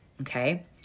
okay